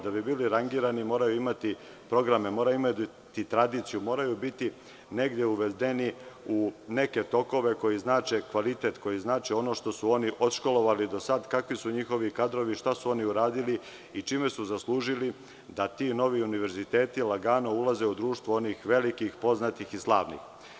Da bi bili rangirani moraju imati programe, moraju imati tradiciju, moraju biti negde uvedeni u neke tokove koji znače kvalitet, koji znače ono što su oni odškolovali do sada kakvi su njihovi kadrovi, šta su oni uradili i čime su zaslužili da ti novi univerziteti lagano ulaze u društvo onih velikih poznatih i slavnih.